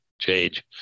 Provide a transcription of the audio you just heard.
change